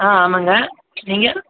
ஆ ஆமாங்க நீங்கள்